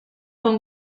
con